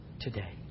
today